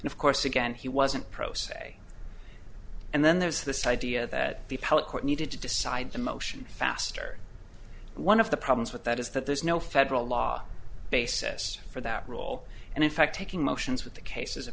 and of course again he wasn't pro se and then there's this idea that the public court needed to decide the motion faster one of the problems with that is that there's no federal law basis for that role and in fact taking motions with the case is a